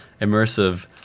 immersive